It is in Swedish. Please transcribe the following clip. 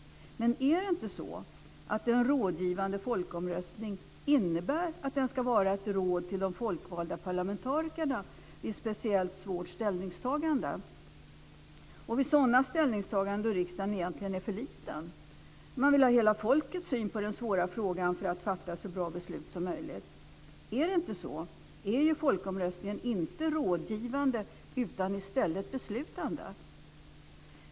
Men är det inte så att en rådgivande folkomröstning innebär att den ska vara ett råd till de folkvalda parlamentarikerna i speciellt svåra ställningstaganden och vid sådana ställningstaganden då riksdagen egentligen är för liten? Man vill ha hela folkets syn på den svåra frågan för att fatta ett så bra beslut som möjligt. Om det inte är så, är folkomröstningen inte rådgivande utan i stället beslutande.